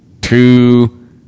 two